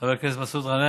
חבר הכנסת מסעוד גנאים,